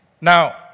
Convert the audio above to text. Now